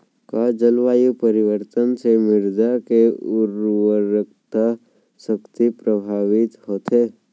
का जलवायु परिवर्तन से मृदा के उर्वरकता शक्ति प्रभावित होथे?